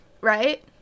right